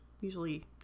Usually